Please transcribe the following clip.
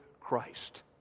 Christ